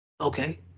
Okay